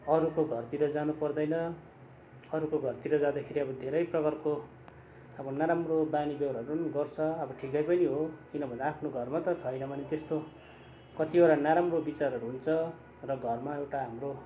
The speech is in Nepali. अरूको घरतिर जानु पर्दैन अरूको घरतिर जाँदाखेरि धेरै प्रकारको अब नराम्रो बानी व्यवहारहरू पनि गर्छ अब ठिकै पनि हो किनभने आफ्नो घरमा त छैन भने त्यस्तो कतिवटा नराम्रो विचारहरू हुन्छ र घरमा एउटा हाम्रो